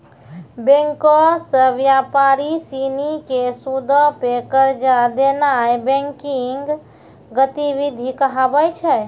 बैंको से व्यापारी सिनी के सूदो पे कर्जा देनाय बैंकिंग गतिविधि कहाबै छै